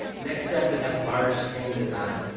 next up we have large screen design.